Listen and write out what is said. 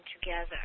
together